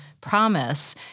promise